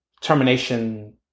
termination